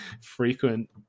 frequent